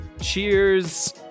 cheers